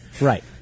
Right